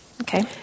Okay